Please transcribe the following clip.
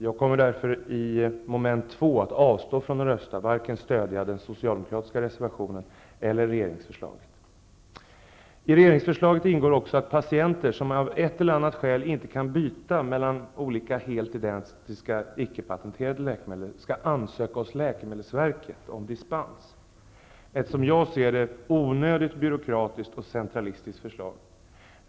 Jag kommer därför i mom. 2 att avstå från att rösta, dvs. varken stödja den socialdemokratiska reservationen eller regeringsförslaget. I regeringsförslaget ingår också att patienter som av ett eller annat skäl inte kan byta mellan olika helt identiska ickepatenterade läkemedel skall ansöka hos läkemedelsverket om dispens. Det är ett, som jag ser det, onödigt byråkratiskt och centralistiskt förslag.